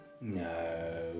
No